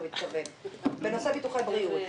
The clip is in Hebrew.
בנושא ביטוחי בריאות,